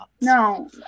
No